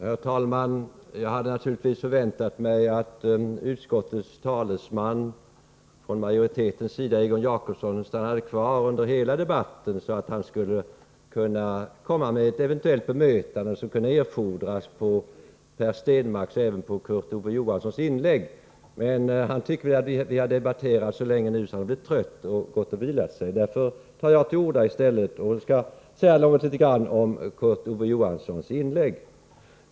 Herr talman! Jag hade naturligtvis väntat mig att talesmannen för utskottets majoritet, Egon Jacobsson, skulle stanna kvar under hela debatten för att komma med de eventuella bemötanden som kunde erfordras på Per Stenmarcks och även på Kurt Ove Johanssons inlägg. Han tycker väl att vi har debatterat så länge nu, och han har kanske blivit trött och gått för att vila sig. Därför tar jag till orda i stället. Jag skall säga något litet om Kurt Ove Johanssons inlägg.